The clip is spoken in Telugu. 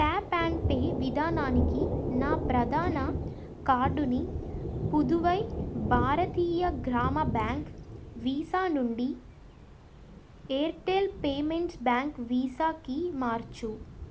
టాప్ అండ్ పే విధానానికి నా ప్రధాన కార్డుని పుదువై భారతీయ గ్రామ బ్యాంక్ వీసా నుండి ఎయిర్టెల్ పేమెంట్స్ బ్యాంక్ వీసాకి మార్చు